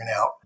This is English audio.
out